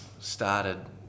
started